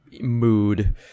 mood